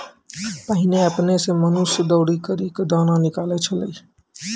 पहिने आपने सें मनुष्य दौरी करि क दाना निकालै छलै